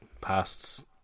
past